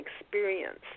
experience